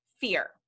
fear